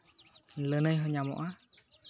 ᱞᱟᱹᱱᱟᱹᱭ ᱦᱚᱸ ᱧᱟᱢᱚᱜᱼᱟ